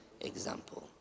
example